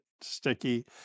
sticky